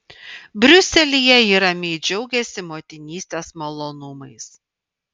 briuselyje ji ramiai džiaugiasi motinystės malonumais